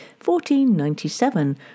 1497